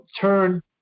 turn